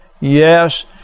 Yes